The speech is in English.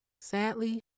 Sadly